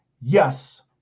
yes